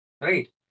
right